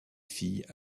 filles